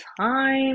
time